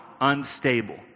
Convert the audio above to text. unstable